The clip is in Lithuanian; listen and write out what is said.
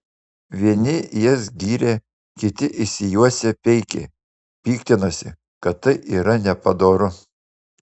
vieni jas gyrė kiti išsijuosę peikė piktinosi kad tai yra nepadoru